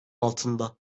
altında